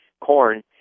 corn